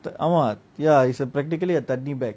the ah mah ya it's practically a tiny bag